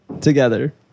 together